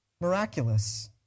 Miraculous